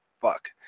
fuck